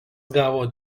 gavo